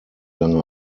lange